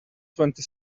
twenty